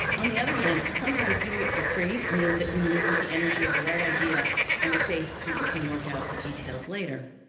on the other hand, sometimes doing it for free means that you move with the energy of the right idea and the faith that you can work out the details later.